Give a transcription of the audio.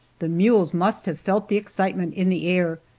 the mules must have felt the excitement in the air,